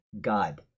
God